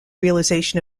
realization